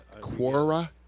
Quora